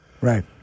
Right